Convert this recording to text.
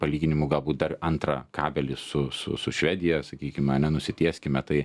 palyginimu galbūt dar antrą kabelį su su su švedija sakykim ane nusitieskime tai